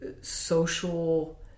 social